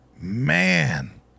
man